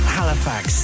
Halifax